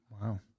Wow